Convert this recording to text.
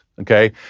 okay